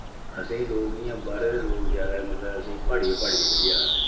असें लोक इयां बाह्रा दे लोक ज्यादै मतलब असें प्हाड़िये प्हाड़िये करियै आखदे